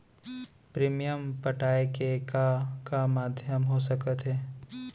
Premium पटाय के का का माधयम हो सकत हे?